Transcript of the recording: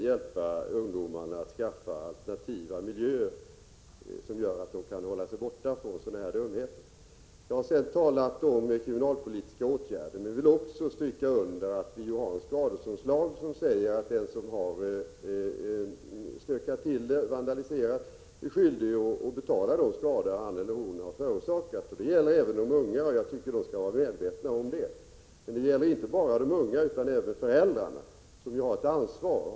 hjälpa ungdomarna att skaffa alternativa miljöer, som gör att de kan hålla sig borta från sådana här dumheter. Jag har talat om kriminalpolitiska åtgärder. Jag vill också stryka under att den som stökat till och vandaliserat enligt skadeståndslagen är skyldig att betala vad han eller hon förorsakat. Det gäller även unga människor, och de skall vara medvetna om detta. Det gäller även föräldrar som har ett ansvar.